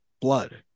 blood